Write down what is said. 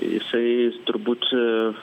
jisai turbūt